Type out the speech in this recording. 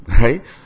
right